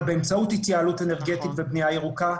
באמצעות התייעלות אנרגטית ובנייה ירוקה.